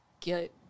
get